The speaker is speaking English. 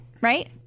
right